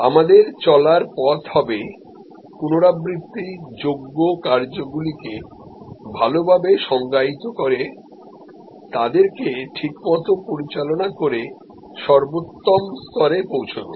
সুতরাং আমাদের চলার পথ হবে পুনরাবৃত্তি যোগ্য কার্য গুলি কে ভালোভাবে সংজ্ঞায়িত করে তাদেরকে ঠিকমত পরিচালনা করে সর্বোত্তম স্তরে পৌঁছানো